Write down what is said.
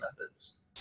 methods